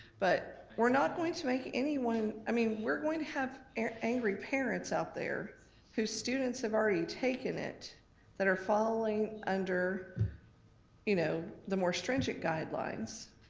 but we're not going to make anyone, i mean we're going to have angry parents out there whose students have already taken it that are falling under you know the more stringent guidelines,